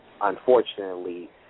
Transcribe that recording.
unfortunately